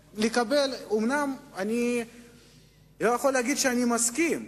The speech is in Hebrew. אומנם אני לא יכול להגיד שאני מסכים,